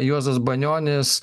juozas banionis